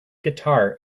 guitar